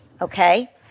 okay